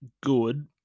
good